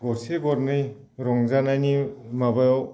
गरसे गरनै रंजानायनि माबायाव